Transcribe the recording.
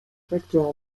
facteur